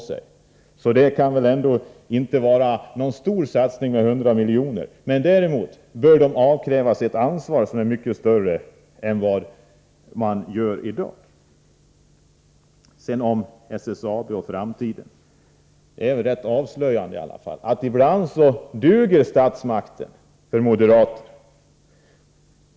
100 milj.kr. kan inte vara någon storsatsning. Däremot bör företagen avkrävas ett mycket större ansvar än i dag. Beträffande SSAB och framtiden: Det är rätt avslöjande att statsmakterna ibland duger för moderaterna.